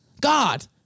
God